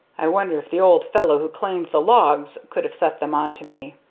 i wonder if the old fellow who claimed the logs could have set them on to me?